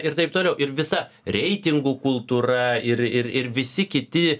ir taip toliau ir visa reitingų kultūra ir ir ir visi kiti